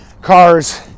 cars